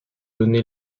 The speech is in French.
donné